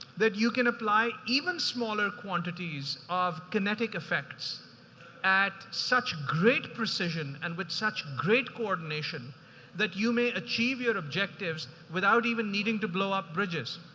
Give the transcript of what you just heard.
that you can apply even smaller quantities off kinetic effects at such great precision and with such great coordination that you may achieve your objectives without even needing to blow up bridges.